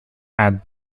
had